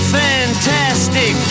fantastic